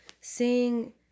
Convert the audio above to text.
seeing